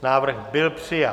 Návrh byl přijat.